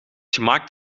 gemaakt